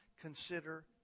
Consider